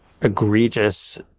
egregious